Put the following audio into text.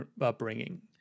upbringing